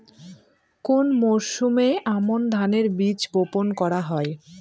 কোন মরশুমে আমন ধানের বীজ বপন করা হয়?